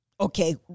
okay